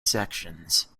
sections